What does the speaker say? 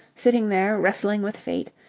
sitting there wrestling with fate,